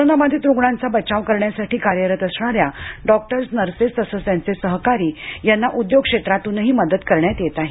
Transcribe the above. कोरोनाबाधित रुग्णांचा बचाव करण्यासाठी कार्यरत असणाऱ्या डॉक्टर्स नर्सेस तसंच त्यांचे सहकारी यांना उद्योग क्षेत्रातूनही मदत करण्यात येत आहे